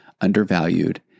undervalued